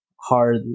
hard